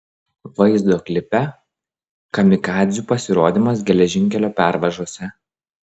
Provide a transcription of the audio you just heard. vaizdo klipe kamikadzių pasirodymas geležinkelio pervažose